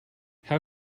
how